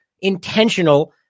intentional